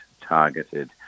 targeted